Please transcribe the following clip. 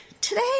today